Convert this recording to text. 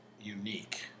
unique